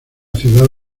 ciudad